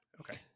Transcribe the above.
Okay